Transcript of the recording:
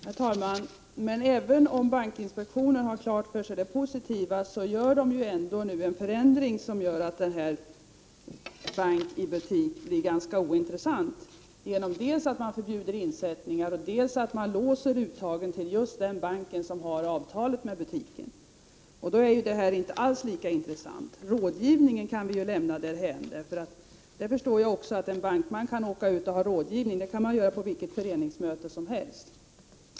Herr talman! Även om bankinspektionen har klart för sig det positiva med denna verksamhet, gör de nu en förändring som innebär att servicen med ”Dbank i butik” blir ganska ointressant, dels genom att insättningar förbjuds, dels genom att man låser uttag till just den bank som har avtalet med butiken. Det gör att denna verksamhet inte alls blir lika intressant. Rådgivningen kan vi lämna därhän. Det förstår jag också, att en bankman kan åka ut och ha rådgivning. Det kan ske på vilket föreningsmöte som helst.